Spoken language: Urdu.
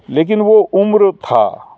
لیکن وہ عمر تھا